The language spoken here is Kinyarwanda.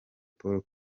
paul